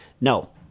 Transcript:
No